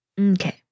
Okay